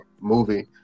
movie